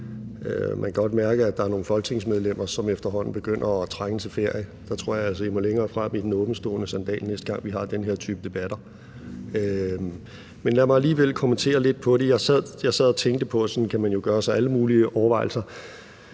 Man kan godt mærke, at der er nogle folketingsmedlemmer, som efterhånden begynder at trænge til ferie. Der tror jeg altså, vi må længere frem i den åbentstående sandal, næste gang vi har den her type debatter. Men lad mig alligevel kommentere lidt på det. Jeg sad og tænke på – og nu kan man jo gøre sig alle mulige overvejelser